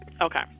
Okay